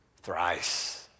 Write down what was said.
thrice